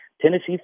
Tennessee